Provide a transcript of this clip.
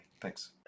Thanks